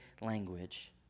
language